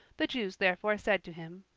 the jews therefore said to him,